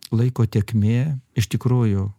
laiko tėkmė iš tikrųjų